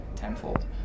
Tenfold